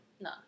No